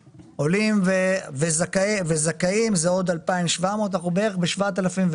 עולים, וזכאים זה עוד 2,700, אנחנו בערך ב-7,500.